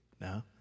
No